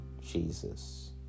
Jesus